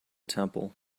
temple